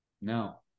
no